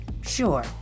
sure